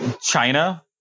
China